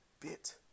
bit